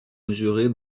mesurée